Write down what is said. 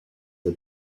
had